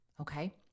Okay